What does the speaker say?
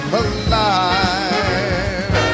alive